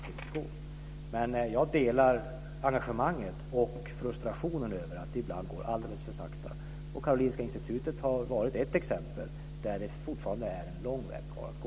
Men jag delar engagemanget och frustrationen över att det ibland går alldeles för sakta. Karolinska Institutet har varit ett exempel där det fortfarande är en låg väg kvar att gå.